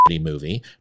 movie